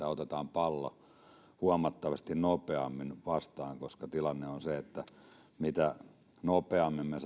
otetaan pallo huomattavasti nopeammin vastaan koska tilanne on se että mitä nopeammin me